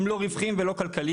הם לא רווחיים והם לא כלכליים,